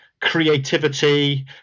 creativity